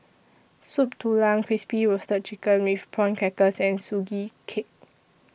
Soup Tulang Crispy Roasted Chicken with Prawn Crackers and Sugee Cake